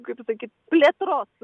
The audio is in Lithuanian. kaip pasakyt plėtros